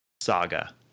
saga